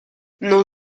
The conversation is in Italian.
non